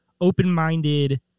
open-minded